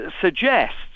suggests